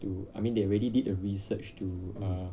to I mean they already did the research to uh